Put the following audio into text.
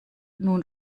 nun